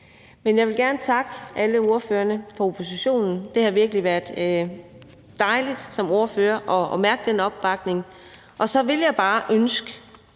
Men jeg vil gerne takke alle ordførerne fra oppositionen. Det har virkelig været dejligt som ordfører at mærke den opbakning. Og så ville jeg bare ønske